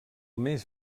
mes